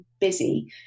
busy